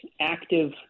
Active